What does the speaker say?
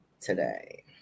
today